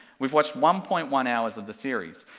we've watched one point one hours of the series,